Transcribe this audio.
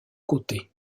côtés